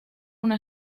una